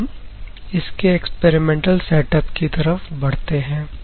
अब हम इसके एक्सपेरिमेंटल सेटअप की तरफ बढ़ते हैं